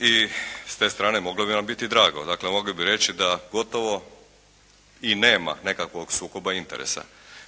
i s te strane moglo bi vam biti drago. Dakle, mogli bi reći da gotovo i nema nekakvog sukoba interesa.